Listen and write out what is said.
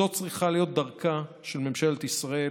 זו צריכה להיות דרכה של ממשלת ישראל.